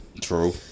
True